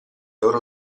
loro